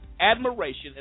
admiration